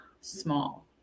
small